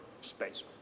space